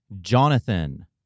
Jonathan